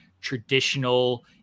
traditional